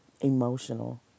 emotional